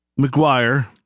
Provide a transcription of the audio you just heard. McGuire